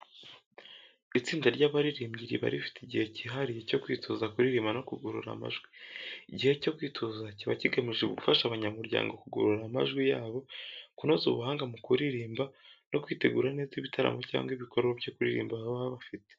Itsinda ry'abaririmbyi riba rifite igihe cyihariye cyo kwitoza kuririmba no kugorora amajwi. Igihe cyo kwitoza kiba kigamije gufasha abanyamuryango kugorora amajwi yabo, kunoza ubuhanga mu kuririmba, no kwitegura neza ibitaramo cyangwa ibikorwa byo kuririmba baba bafite.